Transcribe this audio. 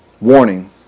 Warning